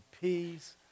peace